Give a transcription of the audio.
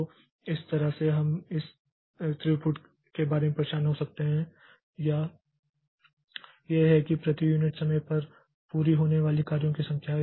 तो इस तरह से हम इस थ्रूपुट के बारे में परेशान हो सकते हैं या यह है कि प्रति यूनिट समय पर पूरी होने वाली कार्यों की संख्या